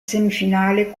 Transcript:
semifinale